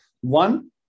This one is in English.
one